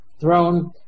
throne